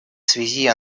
связи